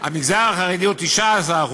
המגזר החרדי הוא 19%,